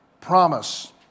promise